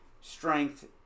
strength